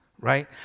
right